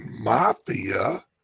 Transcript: Mafia